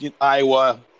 Iowa